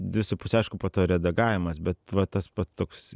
dvi su puse aišku po to redagavimas bet va tas va toks